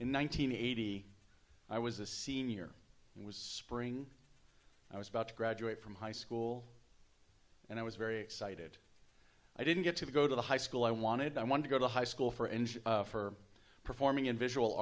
hundred eighty i was a senior it was spring i was about to graduate from high school and i was very excited i didn't get to go to the high school i wanted i wanted to go to high school for and for performing in visual